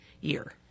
year